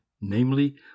namely